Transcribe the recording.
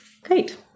Great